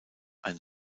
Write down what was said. ein